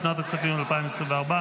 לשנת הכספים 2024,